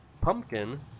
pumpkin